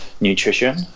nutrition